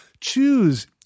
choose